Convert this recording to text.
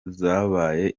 zabaye